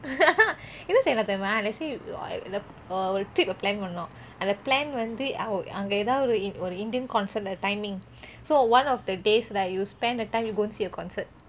என்ன செய்யணும் தெரியுமா:enna seiyanum theriyuma uh let's say uh ஒரு:oru trip plan பண்ணனும் அந்த:pannenum antha plan வந்து அங்கே ஏதாவது ஒரு:vanthu angeh ethavuthu oru indian concert timing so one of the days right you spend the time you go and see the concert